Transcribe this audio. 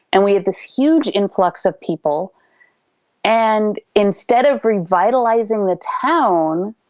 and we had this huge influx of people and instead of revitalizing the town,